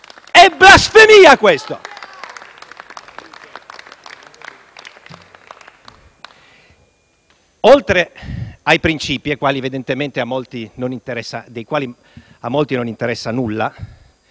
dal Gruppo M5S).* Oltre ai principi, dei quali evidentemente a molti non interessa nulla,